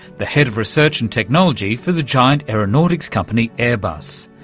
the head of research and technology for the giant aeronautics company airbus.